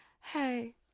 Hey